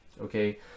Okay